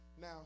Now